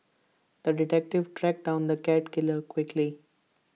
the detective tracked down the cat killer quickly